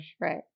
Right